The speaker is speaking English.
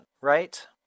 right